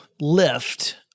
lift